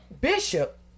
bishop